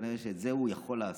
כנראה שאת זה הוא יכול לעשות,